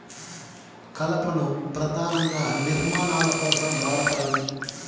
కలపను పధానంగా నిర్మాణాల కోసం వాడతారు